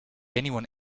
anyone